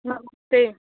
नमस्ते